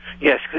Yes